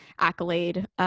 accolade